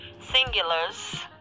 singulars